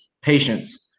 patients